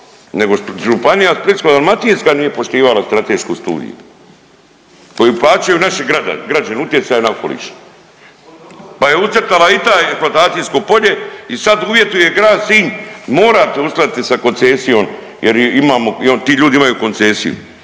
nego županija Splitsko-dalmatinska nije poštivala stratešku studiju koju plaćaju naši građani, utjecaj na okoliš, pa je ucrtala i taj eksploatacijsko polje i sad uvjetuje grad Sinj morate uskladiti sa koncesijom jer imamo, ti ljudi imaju koncesiju,